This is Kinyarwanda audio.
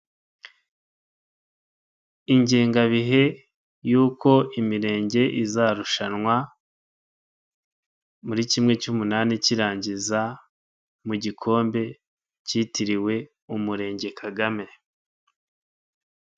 Ingengabihe y'uko Imirenge izarushanwa muri kimwe cy'umunani kirangiza, mu gikombe kitiriwe Umurenge Kagame.